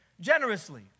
generously